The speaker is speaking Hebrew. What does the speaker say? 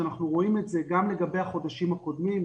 אנחנו רואים את זה גם לגבי החודשים הקודמים,